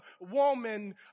woman